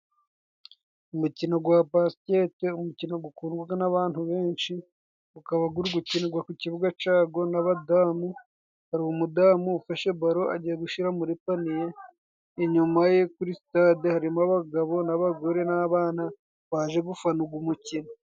Umikino wa basikete, umukino ukundwa n'abantu benshi, ukaba uri gukinirwa ku kibuga cyawo n'abadamu, hari umudamu ufashe baro agiye gushira muri paniye, inyuma ye kuri stade harimo abagabo n'abagore n'abana baje gufana uwo mukino.